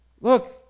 Look